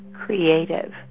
creative